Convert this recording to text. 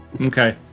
Okay